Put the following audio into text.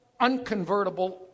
unconvertible